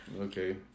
Okay